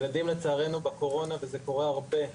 ילדים עם לצערנו בקורונה וזה קורה הרבה,